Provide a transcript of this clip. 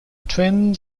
twin